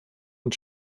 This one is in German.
und